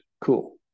Cool